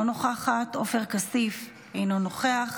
לא נוכחת, עופר כסיף, אינו נוכח,